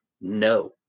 no